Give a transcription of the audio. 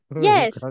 Yes